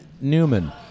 Newman